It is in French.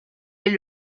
est